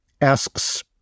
asks